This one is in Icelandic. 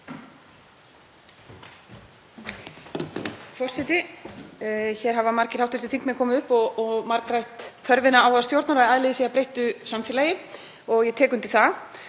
Forseti. Hér hafa margir hv. þingmenn komið upp og margrætt þörfina á að Stjórnarráðið lagi sig að breyttu samfélagi og ég tek undir það.